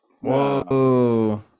Whoa